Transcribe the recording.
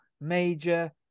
major